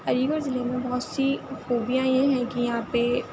علی گڑھ ضلع میں بہت سی خوبیاں یہ ہیں کہ یہاں پہ